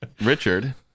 Richard